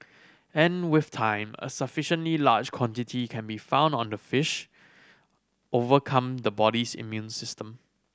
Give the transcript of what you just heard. and with time a sufficiently large quantity can be found on the fish overcome the body's immune system